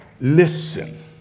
listen